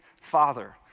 father